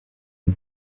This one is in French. une